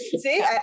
see